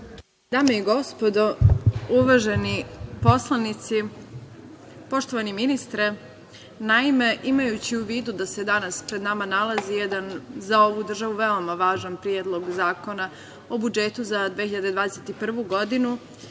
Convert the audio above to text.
Dame i gospodo, uvaženi poslanici, poštovani ministre, naime imajući u vidu da se danas pred nama nalazi jedan, za ovu državu, veoma važan Predlog zakona o budžetu za 2021. godinu,